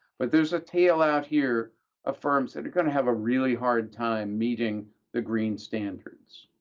but there's a tail out here of firms that are going to have a really hard time meeting the green standards.